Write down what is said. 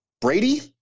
Brady